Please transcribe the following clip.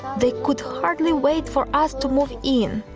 they could hardly wait for us to move in.